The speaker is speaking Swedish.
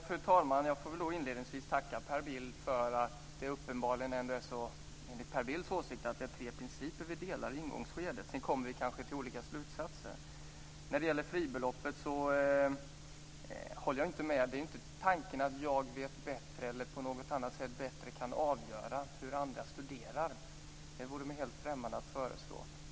Fru talman! Jag får väl inledningsvis tacka Per Bill för att vi enligt Per Bills åsikt ändå i ingångsskedet delar tre principer. Sedan kommer vi kanske fram till olika slutsatser. När det gäller fribeloppet håller jag inte med om att tanken skulle ha varit att jag bättre kan avgöra hur andra ska studera. Det vore mig helt främmande.